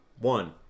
one